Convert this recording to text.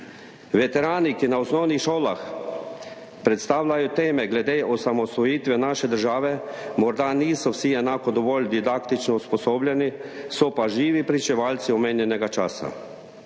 Veterani, ki na osnovnih šolah predstavljajo teme glede osamosvojitve naše države, morda niso vsi enako dovolj didaktično usposobljeni, so pa živi pričevalci omenjenega časa.